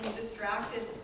distracted